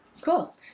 cool